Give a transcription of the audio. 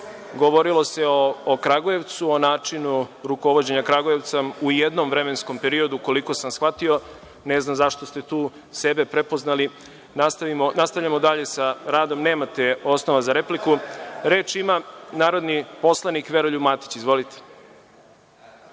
Govorilo se o Kragujevcu, o načinu rukovođenja Kragujevcom u jednom vremenskom periodu, koliko sam shvatio. Ne znam zašto ste tu sebe prepoznali. Nastavljamo dalje sa radom. Nemate osnova za repliku. Reč ima narodni poslanik Veroljub Matić. Izvolite.